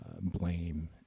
blame